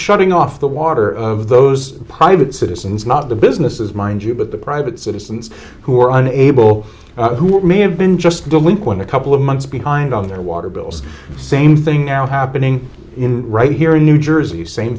shutting off the water of those private citizens not the businesses mind you but the private citizens who are an able may have been just delinquent a couple of months behind on their water bills same thing now happening in right here in new jersey same